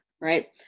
right